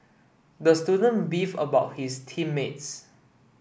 the student beefed about his team mates